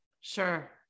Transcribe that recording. sure